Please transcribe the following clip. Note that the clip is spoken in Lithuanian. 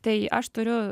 tai aš turiu